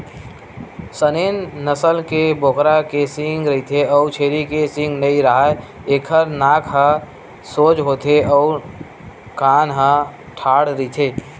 Saanen नसल के बोकरा के सींग रहिथे अउ छेरी के सींग नइ राहय, एखर नाक ह सोज होथे अउ कान ह ठाड़ रहिथे